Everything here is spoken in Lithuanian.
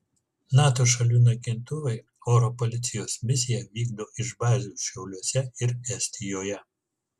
nato šalių naikintuvai oro policijos misiją vykdo iš bazių šiauliuose ir estijoje